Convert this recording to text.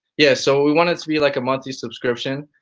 yeah, so we want it to be like a monthly subscription.